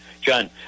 John